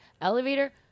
Elevator